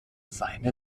seine